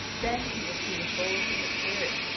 then he will see the bulls in the clearing,